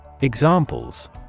Examples